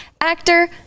actor